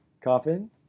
coffin